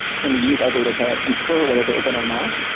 can we use our data to infer whether they're open or not?